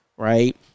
Right